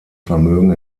vermögen